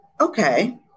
okay